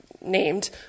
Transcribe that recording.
named